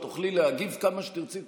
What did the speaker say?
את תוכלי להגיב כמה שתרצי.